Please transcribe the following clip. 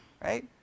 right